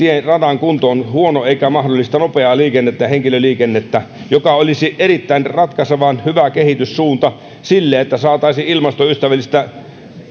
radan kunto on huono eikä mahdollista nopeaa henkilöliikennettä joka olisi ratkaisevan hyvä kehityssuunta sille että saataisiin ilmastoystävällistä